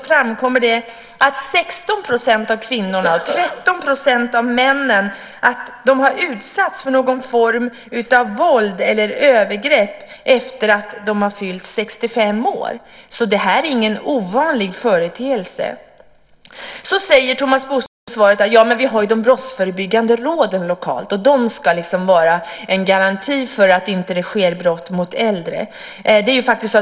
framkommer att 16 % av kvinnorna och 13 % av männen har utsatts för någon form av våld eller övergrepp efter det att de fyllt 65 år. Så det är ingen ovanlig företeelse. Vidare säger Thomas Bodström i svaret att vi har Brottsförebyggande rådet lokalt som ska vara en garanti för att det inte begås brott mot äldre.